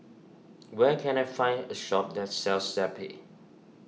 where can I find a shop that sells Zappy